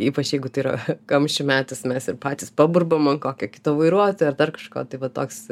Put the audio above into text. ypač jeigu tai yra kamščių metas mes ir patys paburbam ant kokio kito vairuotojo ar dar kažko tai va toks